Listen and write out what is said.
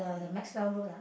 mmhmm